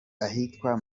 ahitwa